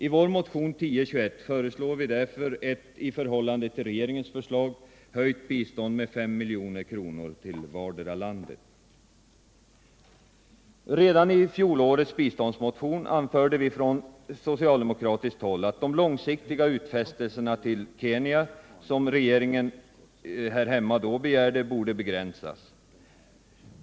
I vår motion 1021 föreslår vi därför ett i förhållande till regeringens förslag med 5 milj.kr. höjt bistånd till vartdera landet. Redan i fjolårets biståndsmotion anförde vi från socialdemokratiskt håll att de långsiktiga utfästelser till Kenya som regeringen då begärde borde begränsas.